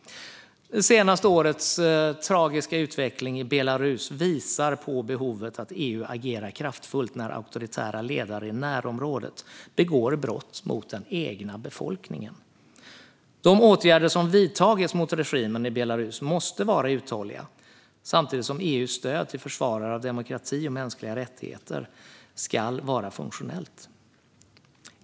De senaste årets tragiska utveckling i Belarus visar på behovet av att EU agerar kraftfullt när auktoritära ledare i närområdet begår brott mot den egna befolkningen. De åtgärder som vidtagits mot regimen i Belarus måste vara uthålliga samtidigt som EU:s stöd till försvarare av demokrati och mänskliga rättigheter ska vara funktionellt.